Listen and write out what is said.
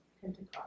Pentecost